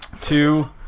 two